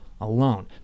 alone